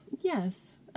Yes